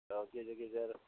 आरो गेजेर गेजेर